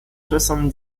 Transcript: soixante